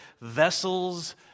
vessels